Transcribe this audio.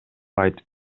айтып